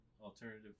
alternative